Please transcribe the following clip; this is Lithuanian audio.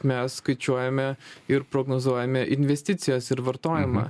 mes skaičiuojame ir prognozuojame investicijas ir vartojimą